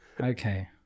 okay